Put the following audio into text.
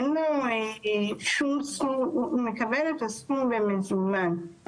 הוא מקבל את הסכום במזומן,